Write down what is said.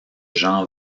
jean